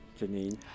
Janine